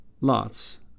lots